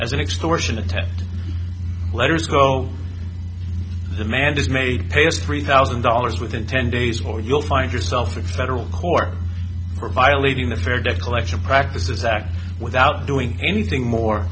attempt letters go demand is made pay us three thousand dollars within ten days or you'll find yourself in federal court for violating the fair debt collection practices act without doing anything more